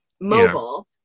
mobile